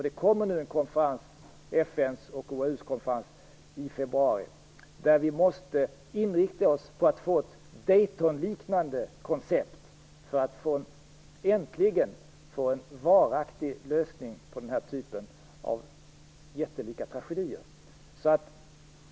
Det kommer nu en konferens, FN:s och OAU:s konferens i februari, där vi måste inrikta oss på att få ett Daytonliknande koncept för att äntligen få en varaktig lösning på den här typen av jättelika tragedier.